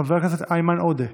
חבר הכנסת איימן עודה,